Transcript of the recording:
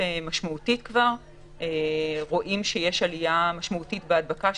משמעותית רואים שיש עלייה משמעותית בהדבקה,